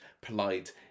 polite